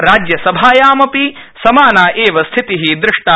राज्यसभायाम् अपि समाना एव स्थिति ृष्टा